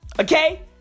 Okay